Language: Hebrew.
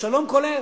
שלום כולל.